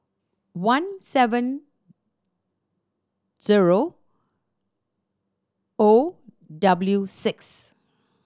one seven zero O W six